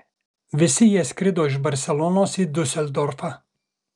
visi jie skrido iš barselonos į diuseldorfą